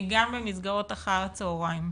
גם במסגרות אחר הצהריים.